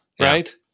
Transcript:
right